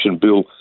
bill